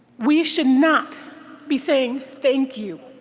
we should not be saying, thank you.